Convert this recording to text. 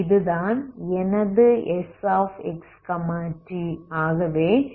இதுதான் எனது Sxt